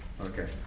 Okay